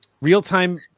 Real-time